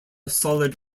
solid